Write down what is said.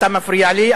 אתה מפריע לי,